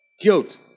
guilt